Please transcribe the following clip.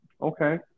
Okay